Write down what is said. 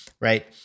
Right